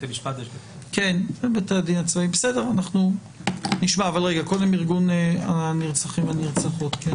קודם ארגון הנרצחים והנרצחות.